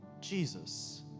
Jesus